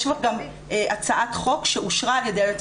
יש כבר גם הצעת חוק שאושרה על ידי היועץ